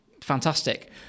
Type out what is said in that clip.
fantastic